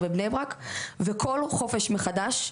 בנוסף לכך,